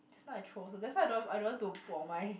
just now I troll her that's why I don't want I don't want to put on my